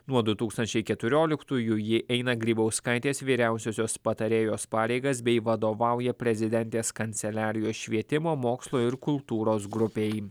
nuo du tūkstančiai keturioliktųjų ji eina grybauskaitės vyriausiosios patarėjos pareigas bei vadovauja prezidentės kanceliarijos švietimo mokslo ir kultūros grupei